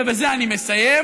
ובזה אני מסיים,